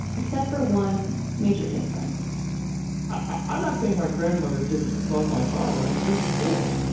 except for one major difference i'm not saying my grandmother didn't love my father. i'm sure she did.